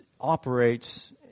operates